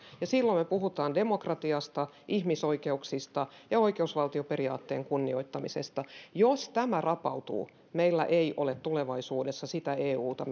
ja silloin me puhumme demokratiasta ihmisoikeuksista ja oikeusvaltioperiaatteen kunnioittamisesta jos tämä rapautuu meillä ei ole tulevaisuudessa sitä euta